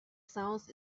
sounds